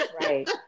Right